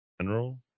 General